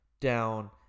down